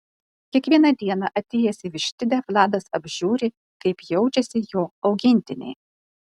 kiekvieną dieną atėjęs į vištidę vladas apžiūri kaip jaučiasi jo augintiniai